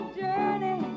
journey